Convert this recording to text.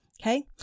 Okay